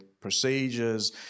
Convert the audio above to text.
procedures